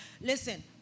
listen